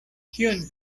kion